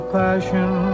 passion